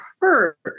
hurt